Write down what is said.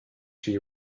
she